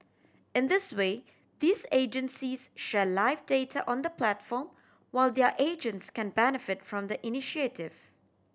in this way these agencies share live data on the platform while their agents can benefit from the initiative